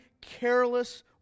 careless